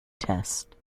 test